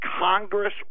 Congress